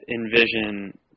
envision